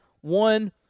one